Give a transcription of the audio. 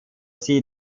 sie